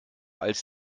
als